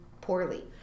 poorly